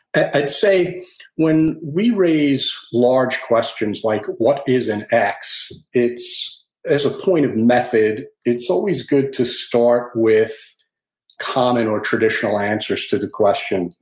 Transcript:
i'd say when we raise large questions like what is an x as a point of method, it's always good to start with common or traditional answers to the question.